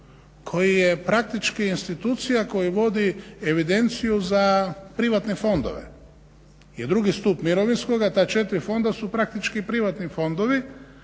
koji je praktički institucija koja vodi evidenciju za privatne fondove i drugi stup mirovinskoga. Ta četiri fonda su praktički privatni fondovi